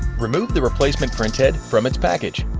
remove the replacement printhead from its package.